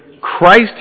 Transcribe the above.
Christ